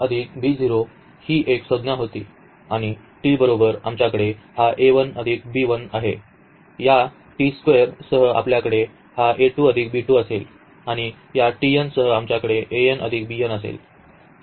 तर ही एक संज्ञा होती आणि t बरोबर आमच्याकडे हा आहे या सह आपल्याकडे हा असेल आणि या सह आमच्याकडे असेल